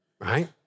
right